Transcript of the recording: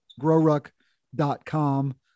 GrowRuck.com